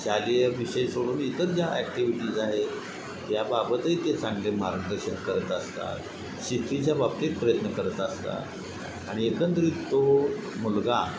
शालेय विषय सोडून इतर ज्या ॲक्टिव्हिटीज आहेत त्या बाबतही ते चांगले मार्गदर्शन करत असतात शिस्तीच्या बाबतीत प्रयत्न करत असतात आणि एकंदरीत तो मुलगा